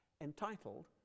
Entitled